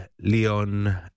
Leon